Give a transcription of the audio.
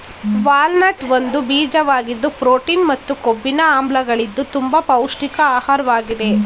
walnut ಒಂದು ಬೀಜವಾಗಿದ್ದು protein ಮತ್ತು ಕೊಬ್ಬಿನ ಆಮ್ಲಗಳಿದ್ದು ತುಂಬ ಪೌಷ್ಟಿಕ ಆಹಾರ್ವಾಗಿದೆ